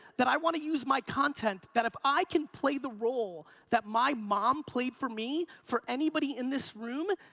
that i want to use my content, that if i can play the role that my mom played for me, for anybody in this room,